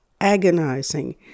agonizing